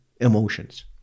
emotions